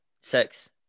sex